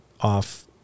off